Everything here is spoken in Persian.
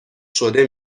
شده